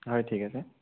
হয় ঠিক আছে